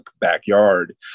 backyard